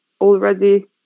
already